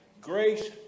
grace